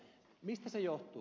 mistä se johtuu